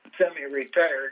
semi-retired